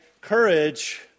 courage